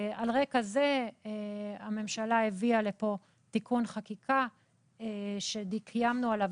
על רקע זה הממשלה הביאה לכאן תיקון חקיקה שקיימנו עליו